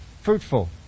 fruitful